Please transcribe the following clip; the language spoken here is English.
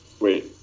Wait